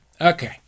Okay